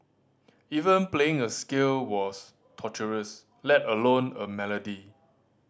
even playing a scale was torturous let alone a melody